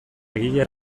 egile